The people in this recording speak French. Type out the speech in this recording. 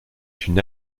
une